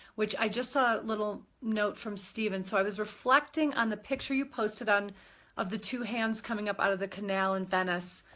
which i just saw a little note from steven, so i was reflecting on the picture you posted on of the two hands coming up out of the canal in venice,